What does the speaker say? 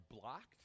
blocked